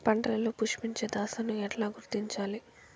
పంటలలో పుష్పించే దశను ఎట్లా గుర్తించాలి?